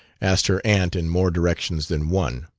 asked her aunt in more directions than one.